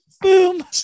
boom